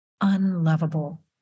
unlovable